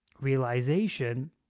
realization